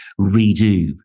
redo